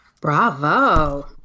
Bravo